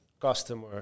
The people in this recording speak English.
customer